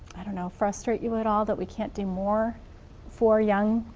i don't know, frustrate you at all that we can't do more for young,